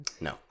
No